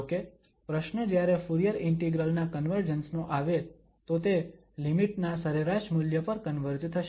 જોકે પ્રશ્ન જ્યારે ફુરીયર ઇન્ટિગ્રલ ના કન્વર્જન્સ નો આવે તો તે લિમિટ ના સરેરાશ મૂલ્ય પર કન્વર્જ થશે